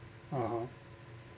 (uh huh)